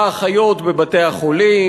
האחיות בבתי-החולים?